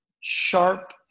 sharp